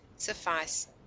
Suffice